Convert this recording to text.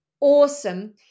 awesome